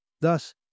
Thus